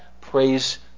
praise